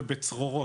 ובצרורות,